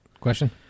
Question